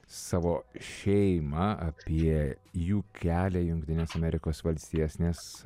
savo šeimą apie jų kelią į jungtines amerikos valstijas nes